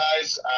guys